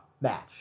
match